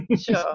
Sure